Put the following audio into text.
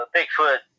Bigfoot